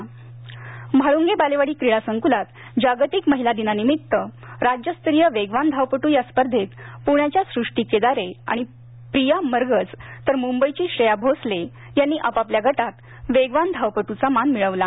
धावपटू म्हाळुंगे बालेवाडी क्रीडासंकुलात जागतिक महीला दिनानिमित्त राज्यस्तरीय वेगवान धावपटु या स्पर्धेंत पुण्याच्या सृष्टी केदारे आणि प्रिया मरगज तर मुंबईची श्रेया भोसले यांनी आपापल्या गटात वेगवान धावपट्टचा मान मिळवला